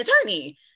attorney